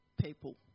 people